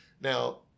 Now